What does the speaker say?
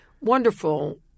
wonderful